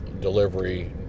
delivery